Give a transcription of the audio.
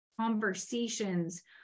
conversations